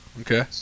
Okay